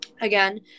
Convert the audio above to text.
Again